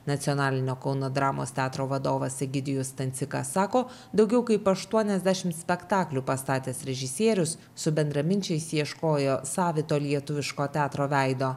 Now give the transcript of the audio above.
nacionalinio kauno dramos teatro vadovas egidijus stancikas sako daugiau kaip aštuoniasdešim spektaklių pastatęs režisierius su bendraminčiais ieškojo savito lietuviško teatro veido